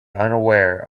unaware